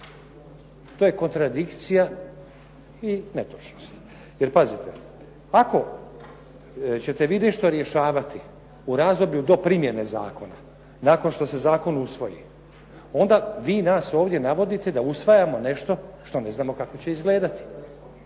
To je kontradikcija i netočnost. Jer pazite, ako ćete vi nešto rješavati u razdoblju do primjene zakona nakon što se zakon usvoji onda vi nas ovdje navodite da usvajamo nešto što ne znamo kako će izgledati.